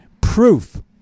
proof